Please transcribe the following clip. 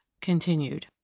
continued